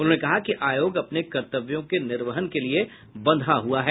उन्होंने कहा कि आयोग अपने कर्तव्यों के निर्वहन के लिए बंधा हुआ है